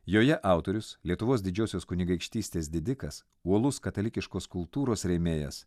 joje autorius lietuvos didžiosios kunigaikštystės didikas uolus katalikiškos kultūros rėmėjas